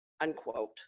unquote